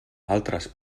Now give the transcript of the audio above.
altres